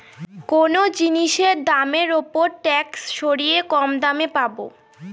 কোনো জিনিসের দামের ওপর ট্যাক্স সরিয়ে কম দামে পাবো